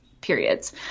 periods